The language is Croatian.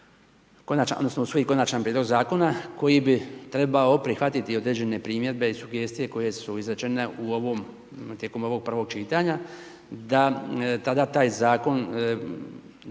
svoj, u svoj konačan prijedlog zakona, koji bi trebao prihvatiti određene primjedbe i sugestije, koje su izrečene tijekom ovog prvog čitanja, da tada taj zakon,